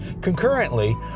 Concurrently